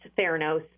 Theranos